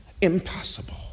impossible